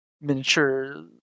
miniature